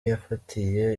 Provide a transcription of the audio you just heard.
yafatiye